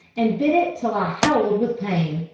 and bit it till i howled with pain,